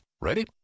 Ready